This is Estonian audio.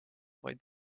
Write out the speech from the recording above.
vaid